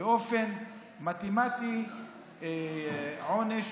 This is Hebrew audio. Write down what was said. באופן מתמטי עונש